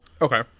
Okay